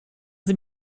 sie